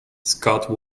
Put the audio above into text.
scott